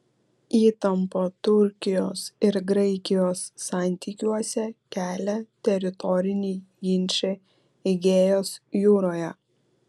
įtampą turkijos ir graikijos santykiuose kelia teritoriniai ginčai egėjo jūroje